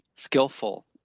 Skillful